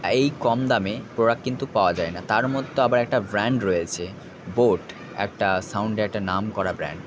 এই কম দামে প্রোডাক্ট কিন্তু পাওয়া যায় না তার মধ্যে আবার একটা ব্যান্ড রয়েছে বোট একটা সাউন্ডে একটা নামকরা ব্যান্ড